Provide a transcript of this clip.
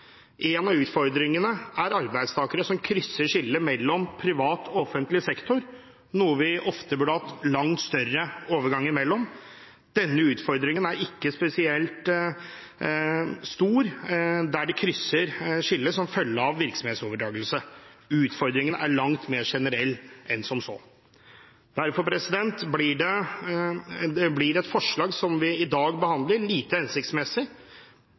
En av utfordringene er arbeidstakere som krysser skillet mellom privat og offentlig sektor, noe vi ofte burde hatt langt større overganger mellom. Denne utfordringen er ikke spesielt stor der de krysser skillet som følge av virksomhetsoverdragelse. Utfordringen er langt mer generell enn som så. Derfor blir det forslaget som vi i dag behandler, lite hensiktsmessig.